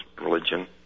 religion